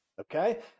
Okay